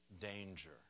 danger